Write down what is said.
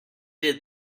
did